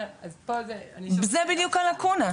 זו בדיוק הלקונה.